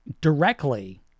directly